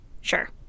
Sure